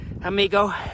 amigo